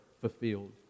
fulfilled